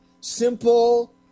simple